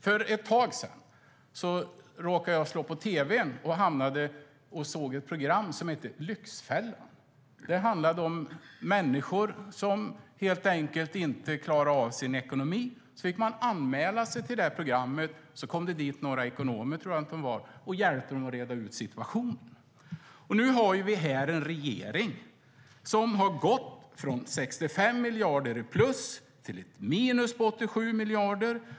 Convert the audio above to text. För ett tag sedan råkade jag slå på tv:n och såg ett program som heter Lyxfällan . Programmet handlar om människor som helt enkelt inte klarar av sin ekonomi. De fick anmäla sig till programmet, och det kom dit några ekonomer som hjälpte dem att reda ut situationen. Nu har regeringen gått från 65 miljarder plus till ett minus på 87 miljarder.